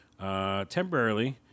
temporarily